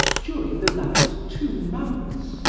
during the last two months,